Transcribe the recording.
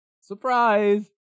Surprise